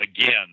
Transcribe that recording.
again